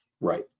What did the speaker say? Right